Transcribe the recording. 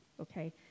okay